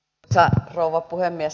arvoisa rouva puhemies